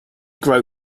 grow